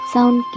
Sound